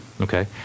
Okay